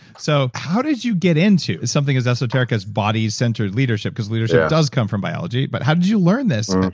so how did you get into something as esoteric as body centered leadership, because leadership does come from biology, but how did you learn this?